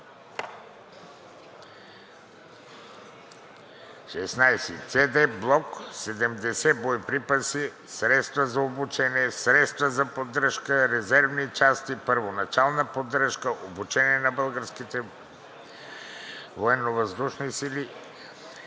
F-16C/D Block 70, боеприпаси, средства за обучение, средства за поддръжка, резервни части, първоначална поддръжка и обучение за Българските военновъздушни сили“